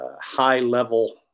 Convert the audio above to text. high-level